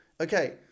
Okay